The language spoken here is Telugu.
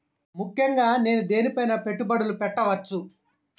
ముఖ్యంగా నేను దేని పైనా పెట్టుబడులు పెట్టవచ్చు?